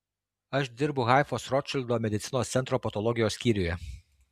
aš dirbu haifos rotšildo medicinos centro patologijos skyriuje